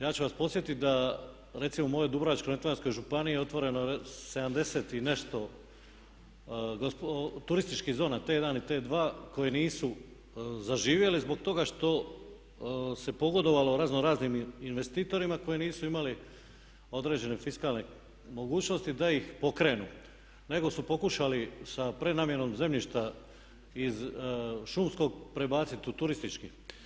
Ja ću vas podsjetiti da recimo u mojoj Dubrovačko-neretvanskoj županiji je otvoreno 70 i nešto turističkih zona T1 i T2 koje nisu zaživjele zbog toga što se pogodovalo raznoraznim investitorima koji nisu imali određenih fiskalnih mogućnosti da ih pokrenu nego su pokušali sa prenamjenom zemljišta iz šumskog prebaciti u turistički.